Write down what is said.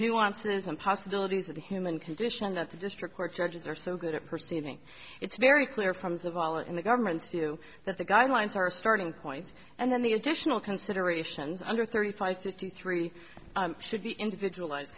nuances and possibilities of the human condition that the district court judges are so good at perceiving it's very clear from zavala in the government's view that the guidelines are a starting point and then the additional considerations under thirty five fifty three should be individualized